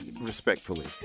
respectfully